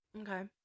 Okay